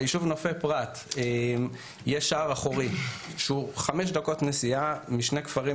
ביישוב נופי פרת יש שער אחורי שהוא חמש דקות נסיעה משני כפרים,